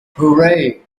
hooray